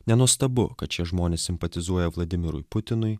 nenuostabu kad šie žmonės simpatizuoja vladimirui putinui